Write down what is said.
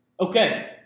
Okay